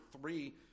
three